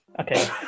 Okay